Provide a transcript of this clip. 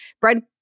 Bread